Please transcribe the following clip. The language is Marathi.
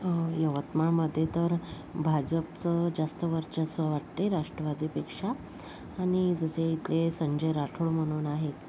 यवतमाळमध्ये तर भाजपचं जास्त वर्चस्व वाटते राष्ट्रवादीपेक्षा आणि जसे इथले संजय राठोड म्हणून आहेत